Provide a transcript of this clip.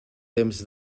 temps